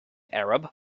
arab